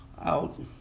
out